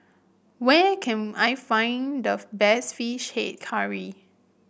where can I find the best fish head curry